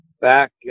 back